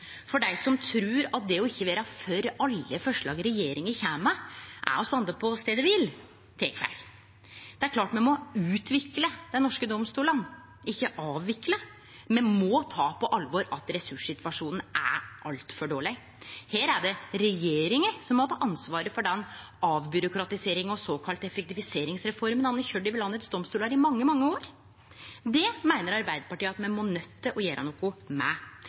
for dei som trur at det å ikkje vere for alle forslag regjeringa kjem med, er å stå på staden kvil, tek feil. Det er klart me må utvikle dei norske domstolane, ikkje avvikle dei. Me må ta på alvor at ressurssituasjonen er altfor dårleg. Her er det regjeringa som må ta ansvaret for den såkalla avbyråkratiserings- og effektiviseringsreforma som har vore køyrd over domstolane i mange, mange år. Det meiner Arbeidarpartiet at me er nøydde til å gjere noko med.